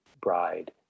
bride